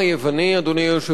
אדוני היושב-ראש,